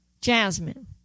Jasmine